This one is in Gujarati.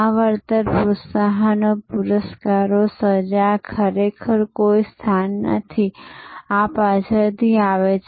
આ વળતર પ્રોત્સાહનો પુરસ્કારો સજા ખરેખર કોઈ સ્થાન નથી આ પાછળથી આવે છે